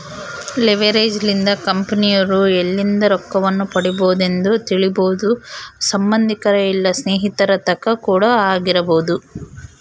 leverage ಲಿಂದ ಕಂಪೆನಿರೊ ಎಲ್ಲಿಂದ ರೊಕ್ಕವನ್ನು ಪಡಿಬೊದೆಂದು ತಿಳಿಬೊದು ಸಂಬಂದಿಕರ ಇಲ್ಲ ಸ್ನೇಹಿತರ ತಕ ಕೂಡ ಆಗಿರಬೊದು